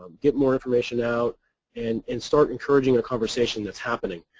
get more information out and and start engaging a conversation that's happening.